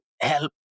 help